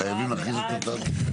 חייבים להכריז את תוצאת ההצבעה?